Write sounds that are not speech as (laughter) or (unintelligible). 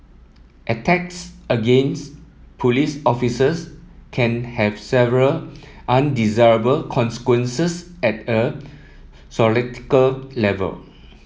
attacks against police officers can have several undesirable consequences at a (unintelligible) level